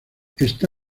está